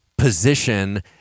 position